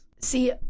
See